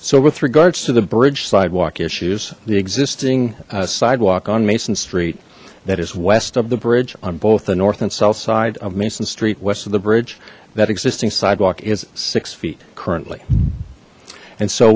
so with regards to the bridge sidewalk issues the existing sidewalk on mason street that is west of the bridge on both the north and south side of mason street west of the bridge that existing sidewalk is six feet currently and so